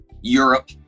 Europe